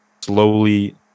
slowly